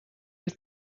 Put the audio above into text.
with